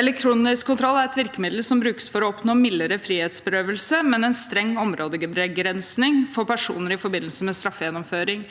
Elektronisk kontroll er et virkemiddel som brukes for å oppnå mildere frihetsberøvelse, men en streng områdebegrensning for personer i forbindelse med straffegjennomføring